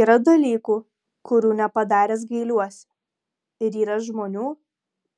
yra dalykų kurių nepadaręs gailiuosi ir yra žmonių